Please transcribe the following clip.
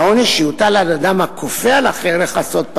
והעונש שיוטל על אדם הכופה על אחר לכסות את